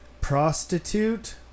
prostitute